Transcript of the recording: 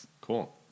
cool